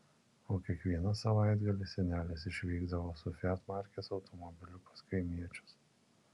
o kiekvieną savaitgalį senelis išvykdavo su fiat markės automobiliu pas kaimiečius